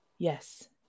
Yes